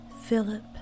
Philip